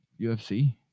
ufc